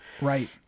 Right